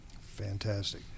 Fantastic